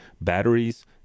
batteries